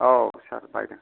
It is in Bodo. औ सार बायदों